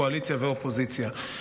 קואליציה ואופוזיציה.